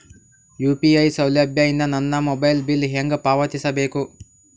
UPI ಸೌಲಭ್ಯ ಇಂದ ನನ್ನ ಮೊಬೈಲ್ ಬಿಲ್ ಹೆಂಗ್ ಪಾವತಿಸ ಬೇಕು?